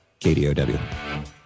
KDOW